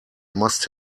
must